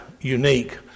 unique